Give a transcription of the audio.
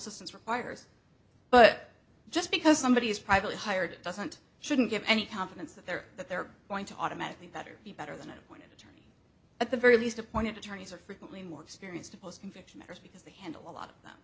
systems requires but just because somebody is privately hired doesn't shouldn't give any confidence that they're that they're going to automatically better be better than it when it at the very least appointed attorneys are frequently more experienced post conviction because they handle a lot of